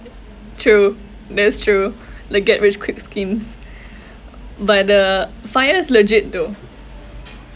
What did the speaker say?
true that's true like get rich quick schemes but the FIRE's legit though